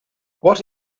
what